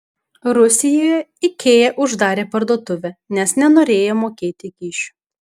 rusijoje ikea uždarė parduotuvę nes nenorėjo mokėti kyšių